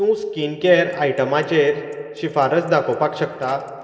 तूं skin care आयटमाचेर शिफारस दाखोपाक शकता